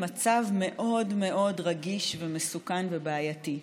למצב מאוד מאוד רגיש ומסוכן ובעייתי.